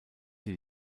sie